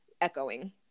echoing